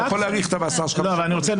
אתה יכול להאריך את המאסר שלך --- רק להבהיר,